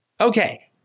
Okay